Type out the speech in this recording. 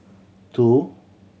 two